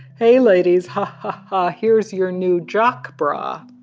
hey ladies, ha ha ha, here's your new jock bra.